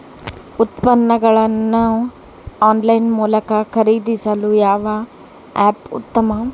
ಉತ್ಪನ್ನಗಳನ್ನು ಆನ್ಲೈನ್ ಮೂಲಕ ಖರೇದಿಸಲು ಯಾವ ಆ್ಯಪ್ ಉತ್ತಮ?